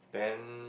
then